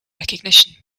recognition